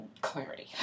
Clarity